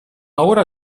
ora